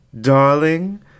darling